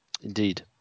Indeed